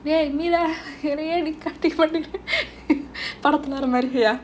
eh meera என்னையே கட்டுக்கொடி:ennaiye kattikodi படத்துல வர்றமாதிரி:padatthule varramaathiri